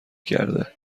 کرده